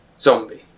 zombie